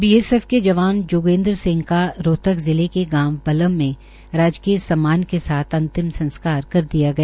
B S F के जवान जोगेन्द्र सिह का रोहतक जिले के गांव बलम में राजकीय सम्मान के साथ अंतिम संस्कार कर दिया गया